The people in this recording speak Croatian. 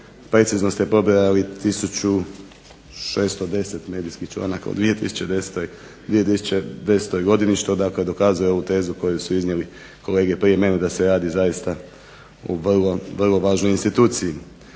Precizno ste pobrojali 1610 medijskih članaka u 2010. godini što dakle dokazuje ovu tezu koju su iznijeli kolege prije mene da se radi zaista o vrlo važnoj instituciji.